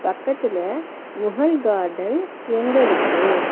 பக்கத்தில் முகல் கார்டன் எங்கே இருக்கு